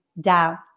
down